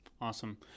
awesome